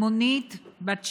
אלמונית, בת 60,